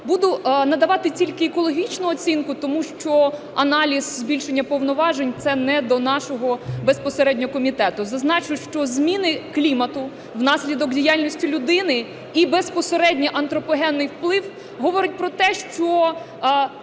Буду надавати тільки екологічну оцінку, тому що аналіз збільшення повноважень – це не до нашого безпосередньо комітету. Зазначу, що зміни клімату внаслідок діяльності людини і безпосередньо антропогенний вплив говорить про те, що